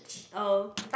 oh